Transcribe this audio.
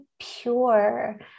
pure